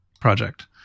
project